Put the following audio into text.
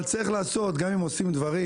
אבל, צריך לעשות, גם אם עושים דברים